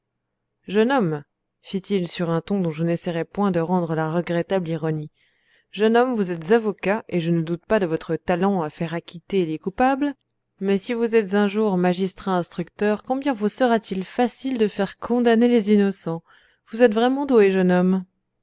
jeune homme fit-il sur un ton dont je n'essaierai point de rendre la regrettable ironie jeune homme vous êtes avocat et je ne doute pas de votre talent à faire acquitter les coupables mais si vous êtes un jour magistrat instructeur combien vous sera-t-il facile de faire condamner les innocents vous êtes vraiment doué jeune homme